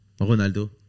Ronaldo